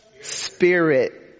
spirit